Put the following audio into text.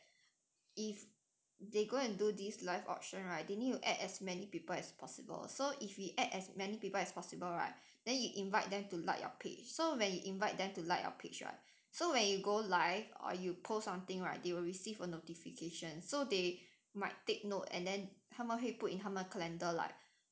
if they go and do this live auction right they need to add as many people as possible so if we add as many people as possible right then you invite them to like your page so when you invite them to like your page right so when you go live or you post on thing right they will receive a notification so they might take note and then 他们会 put in 他们 calendar like